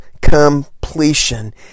completion